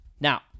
Now